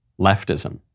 leftism